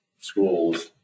schools